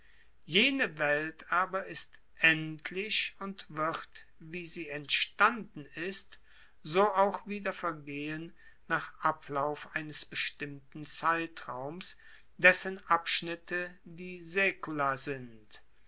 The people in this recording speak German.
jene welt aber ist endlich und wird wie sie entstanden ist so auch wieder vergehen nach ablauf eines bestimmten zeitraums dessen abschnitte die saecula sind